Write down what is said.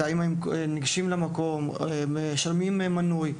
וקובעים האם אנשים ניגשים למקום ומשלמים מנוי.